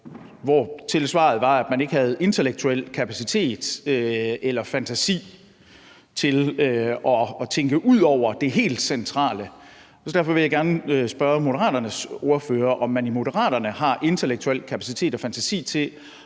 hvortil svaret var, at man ikke havde intellektuel kapacitet eller fantasi til at tænke ud over det helt centrale. Derfor vil jeg gerne spørge Moderaternes ordfører, om man i Moderaterne har intellektuel kapacitet og fantasi til